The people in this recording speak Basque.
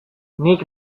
nik